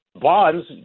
Bonds